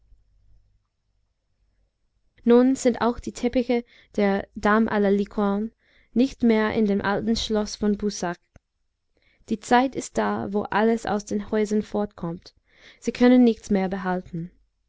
nun sind auch die teppiche der dame la licorne nicht mehr in dem alten schloß von boussac die zeit ist da wo alles aus den häusern fortkommt sie können nichts mehr behalten